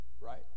right